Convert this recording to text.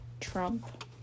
Trump